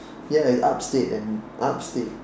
ya it's upstate and upstate